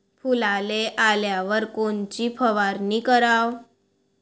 फुलाले आल्यावर कोनची फवारनी कराव?